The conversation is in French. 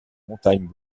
montagnes